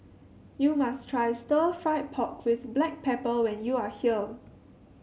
you must try Stir Fried Pork with Black Pepper when you are here